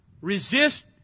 Resist